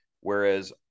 Whereas